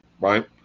Right